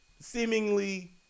seemingly